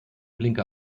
blinker